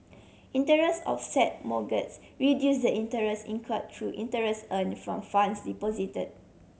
interest offset mortgages reduce the interest incur through interest earn from funds deposited